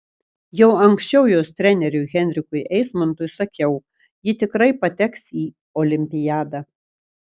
jau anksčiau jos treneriui henrikui eismontui sakiau ji tikrai pateks į olimpiadą